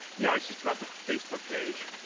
no, it's just about the facebook page.